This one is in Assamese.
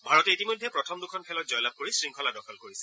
ভাৰতে ইতিমধ্যে প্ৰথম দুখন খেলত জয় লাভ কৰি শৃংখলা দখল কৰিছে